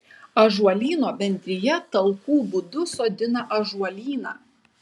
ąžuolyno bendrija talkų būdu sodina ąžuolyną